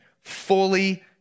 fully